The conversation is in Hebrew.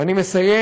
אני מסיים.